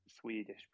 swedish